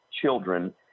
children